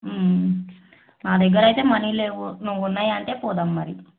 నా దగ్గర అయితే మనీ లేవు నువ్వు ఉన్నావంటే పోదాము మరి